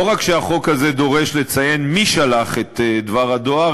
לא רק שהחוק הזה דורש לציין מי שלח את דבר הדואר,